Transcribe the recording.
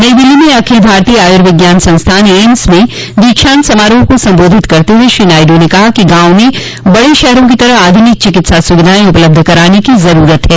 नई दिल्ली में अखिल भारतीय आयुर्विज्ञान संस्थान एम्स में दीक्षांत समारोह को संबोधित करते हुए श्री नायडू ने कहा कि गांवों में बड़े शहरों की तरह आधुनिक चिकित्सा सुविधाएं उपलब्ध कराने की जरूरत है